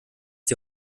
die